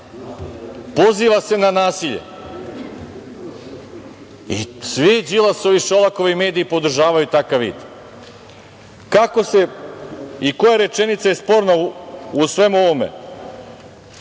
Poziva se na nasilje. Svi Đilasovi i Šolakovi mediji podržavaju takav vid. Kako se i koja rečenica je sporna u svemu ovome?